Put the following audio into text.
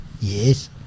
Yes